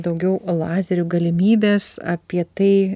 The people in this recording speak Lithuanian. daugiau lazerių galimybės apie tai